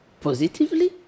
positively